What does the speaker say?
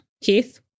Keith